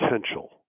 potential